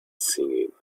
singing